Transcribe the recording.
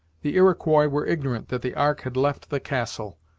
the iroquois were ignorant that the ark had left the castle,